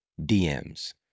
DMs